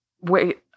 wait